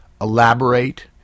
Elaborate